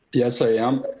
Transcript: yes, i am.